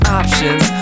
options